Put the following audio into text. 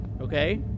Okay